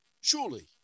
surely